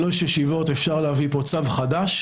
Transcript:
שלוש ישיבות אפשר להביא צו חדש,